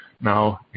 now